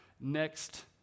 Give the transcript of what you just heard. next